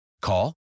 Call